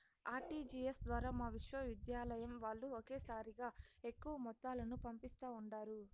RTGS ద్వారా మా విశ్వవిద్యాలయం వాల్లు ఒకేసారిగా ఎక్కువ మొత్తాలను పంపిస్తా ఉండారు